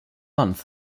month